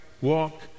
walk